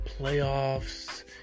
playoffs